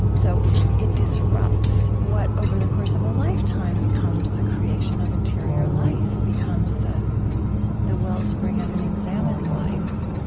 so it disrupts what, over the course of a lifetime, becomes the creation of interior life, becomes the the wellspring of an examined life,